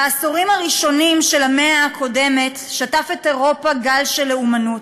בעשורים הראשונים של המאה הקודמת שטף את אירופה גל לאומנות.